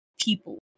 people